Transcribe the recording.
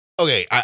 Okay